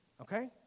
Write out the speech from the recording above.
Okay